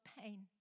pain